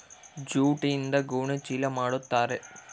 ಜೂಟ್ಯಿಂದ ಗೋಣಿ ಚೀಲ ಮಾಡುತಾರೆ